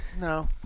no